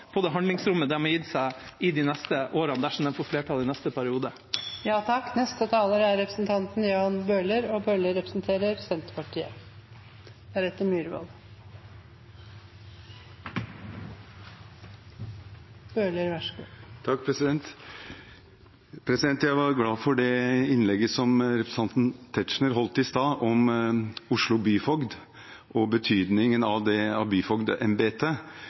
forsmak på handlingsrommet de har gitt seg for de neste årene, dersom de får flertall i neste periode. Jeg er glad for innlegget representanten Tetzschner holdt i stad om Oslo byfogd og betydningen av byfogdembetet. Det